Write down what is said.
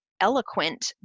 eloquent